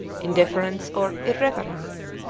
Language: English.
indifference, or irreverence.